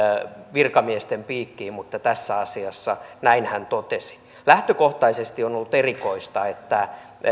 virkamiesten piikkiin mutta tässä asiassa näin hän totesi lähtökohtaisesti on ollut erikoista että